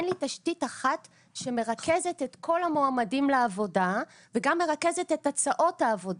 תשתית אחת שמרכזת את כל המועמדים לעבודה וגם מרכזת את הצעות העבודה.